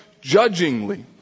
judgingly